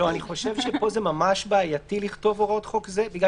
פה ממש בעייתי לכתוב "הוראות חוק זה" בגלל